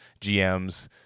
GMs